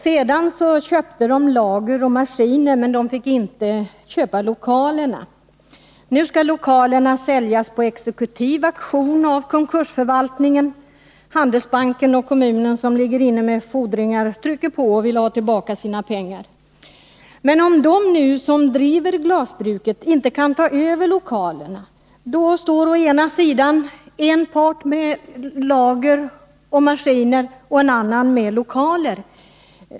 Sedan köpte de lager och maskiner, men de fick inte köpa lokalerna. Nu skall lokalerna säljas på exekutiv auktion av konkursförvaltaren. Handelsbanken och kommunen som har fordringar trycker på och vill ha tillbaka sina pengar. Men om nu de som driver glasbruket inte kan ta över lokalerna står en part med lager och maskiner och en annan med lokaler.